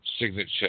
signature